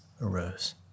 arose